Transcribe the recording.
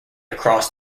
across